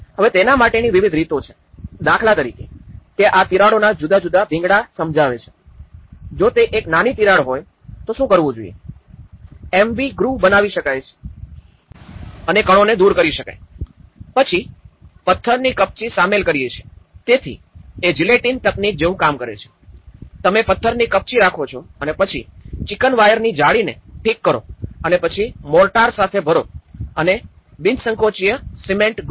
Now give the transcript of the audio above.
હવે તેના માટેની વિવિધ રીતો છે દાખલા તરીકે તે આ તિરાડોના જુદા જુદા ભીંગડા સમજાવે છે જો તે એક નાની તિરાડ હોય તો શું કરવું જોઈએ અમે વી ગ્રુવ બનાવી રહ્યા છીએ અને કણોને અમે દૂર કરી નાખીએ છીએ પછી પથ્થરની કપચી શામેલ કરીએ છીએ તેથી એ જિલેટીન તકનીક જેવું કામ છે તમે પથ્થરની કપચી રાખો છો અને પછી ચિકન વાયરની જાળીને ઠીક કરો અને પછી મોર્ટાર સાથે ભરો અને બિન સંકોચનીય સિમેન્ટ ગ્રૂટ